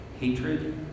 Hatred